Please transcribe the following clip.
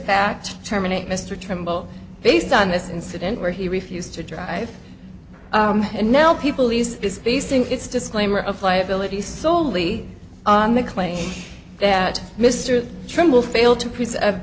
fact terminate mr trimble based on this incident where he refused to drive and now people lease is basing its disclaimer of liability soley on the claim that mr trimble failed to